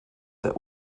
that